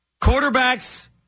Quarterbacks